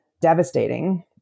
devastating